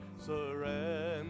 surrender